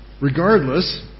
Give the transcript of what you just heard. regardless